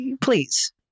please